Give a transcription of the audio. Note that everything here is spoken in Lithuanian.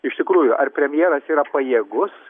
iš tikrųjų ar premjeras yra pajėgus